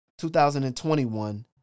2021